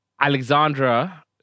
Alexandra